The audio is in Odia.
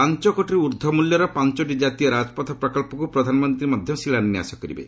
ପାଞ୍ଚକୋଟିରୁ ଊର୍ଦ୍ଧ୍ୱ ମୂଲ୍ୟର ପାଞ୍ଚଟି ଜାତୀୟ ରାଜପଥ ପ୍ରକଳ୍ପକୁ ପ୍ରଧାନମନ୍ତ୍ରୀ ମଧ୍ୟ ଶିଳାନ୍ୟାସ କରିବେ